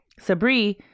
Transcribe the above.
Sabri